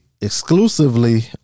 exclusively